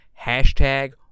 Hashtag